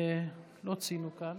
לא ציינו כאן.